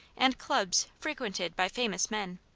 and clubs frequented by famous men.